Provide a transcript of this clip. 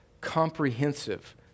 comprehensive